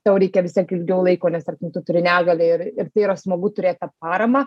tau reikia vis tiek ilgiau laiko nes tarkim tu turi negalią ir ir tai yra smagu turėt tą paramą